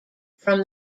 from